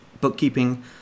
bookkeeping